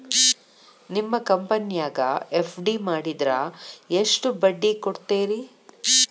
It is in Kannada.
ನಿಮ್ಮ ಕಂಪನ್ಯಾಗ ಎಫ್.ಡಿ ಮಾಡಿದ್ರ ಎಷ್ಟು ಬಡ್ಡಿ ಕೊಡ್ತೇರಿ?